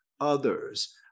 others